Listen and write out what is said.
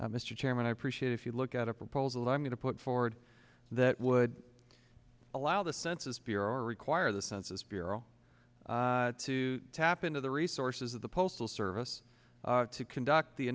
mr chairman i appreciate if you look at a proposal that i'm going to put forward that would allow the census bureau or require the census bureau to tap into the resources of the postal service to conduct the